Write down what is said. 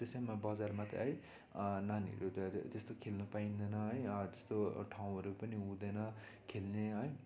त्यस्तोमा बजारमा त है नानीहरूले त अहिले त्यस्तो खेल्नु पाइँदैन है त्यस्तो ठाउँहरू पनि हुँदैन खेल्ने है